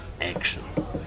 action